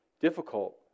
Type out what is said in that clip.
difficult